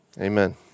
Amen